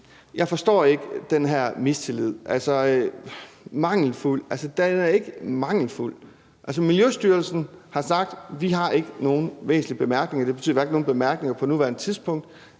Jeg forstår ikke den her mistillid. Spørgeren siger mangelfuld, og den er altså ikke mangelfuld. Miljøstyrelsen har sagt, at de ikke har nogen væsentlige bemærkninger. Det betyder, at der ikke er nogen bemærkninger på nuværende tidspunkt,